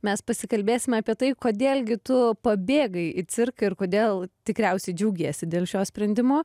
mes pasikalbėsime apie tai kodėl gi tu pabėgai į cirką ir kodėl tikriausiai džiaugiesi dėl šio sprendimo